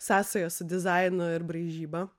sąsajos su dizainu ir braižyba